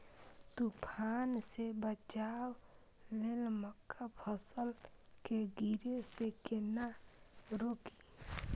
तुफान से बचाव लेल मक्का फसल के गिरे से केना रोकी?